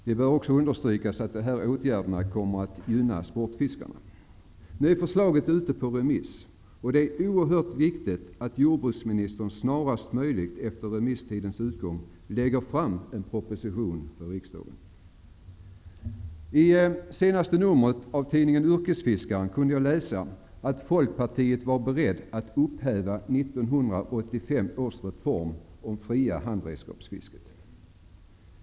Det bör också understrykas att dessa åtgärder kommer att gynna sportfiskarna. Nu är förslaget ute på remiss, och det är oerhört viktigt att jordbruksministern snarast möjligt efter remisstidens utgång lägger fram en proposition för riksdagen. I senaste nummret av tidningen Yrkesfiskaren kunde jag läsa att Folkpartiet var berett att upphäva 1985 års reform om det fria handredskapsfisket.